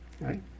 right